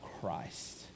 Christ